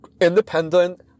independent